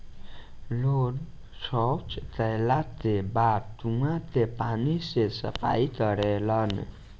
लोग सॉच कैला के बाद कुओं के पानी से सफाई करेलन